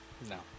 No